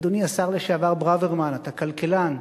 אדוני השר לשעבר ברוורמן, אתה כלכלן,